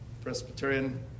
Presbyterian